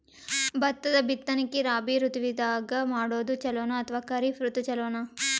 ಭತ್ತದ ಬಿತ್ತನಕಿ ರಾಬಿ ಋತು ದಾಗ ಮಾಡೋದು ಚಲೋನ ಅಥವಾ ಖರೀಫ್ ಋತು ಚಲೋನ?